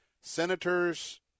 senators